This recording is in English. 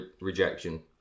rejection